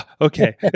okay